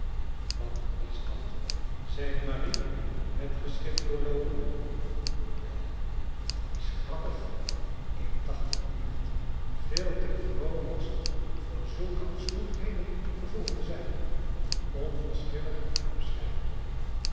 wat is dat zeide marie het geschrift doorloopende wel dat is grappig ik dacht dat nicht veel te vroom was voor zulke afschuwelijkheden vervolgde zij onverschillig haar naam schrijvende